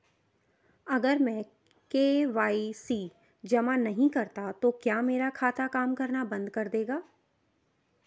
अगर मैं के.वाई.सी जमा नहीं करता तो क्या मेरा खाता काम करना बंद कर देगा?